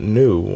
new